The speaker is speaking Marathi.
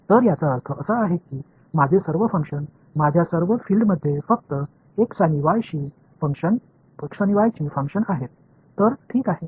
तर याचा अर्थ असा आहे की माझे सर्व फंक्शन माझ्या सर्व फील्ड्स मध्ये फक्त x आणि y ची फंक्शन आहेत तर ठीक आहे